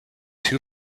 two